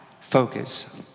focus